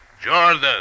Jordan